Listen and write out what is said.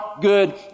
good